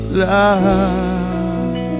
love